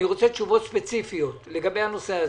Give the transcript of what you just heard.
אני רוצה תשובות ספציפיות לגבי הנושא הזה,